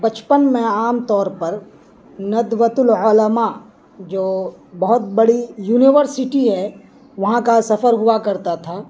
بچپن میں عام طور پر ندوۃ العلما جو بہت بڑی یونیورسٹی ہے وہاں کا سفر ہوا کرتا تھا